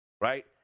Right